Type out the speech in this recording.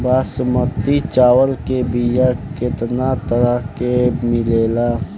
बासमती चावल के बीया केतना तरह के मिलेला?